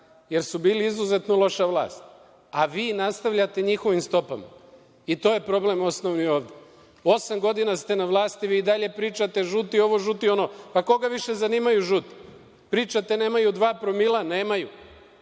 jer su bili izuzetno loša vlast. A vi nastavljate njihovim stopama. I to je osnovni problem ovde. Osam godina ste na vlasti, a vi i dalje pričate - žuti ovo, žuti ono. Pa, koga više zanimaju žuti? Pričate da nemaju dva promila. Nemaju.